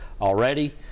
already